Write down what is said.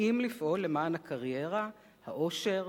האם לפעול למען הקריירה, האושר,